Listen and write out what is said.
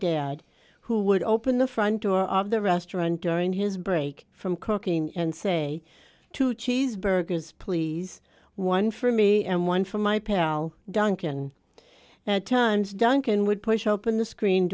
dad who would open the front door of the restaurant during his break from cooking and say to cheeseburgers please one for me and one for my pal duncan at times duncan would push open the screen